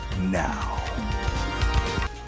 now